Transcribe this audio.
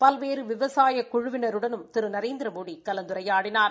பல்வேறு விவசாய குழுவினருடனும் திரு நரேந்திரமோடி கலந்துரையாடினார்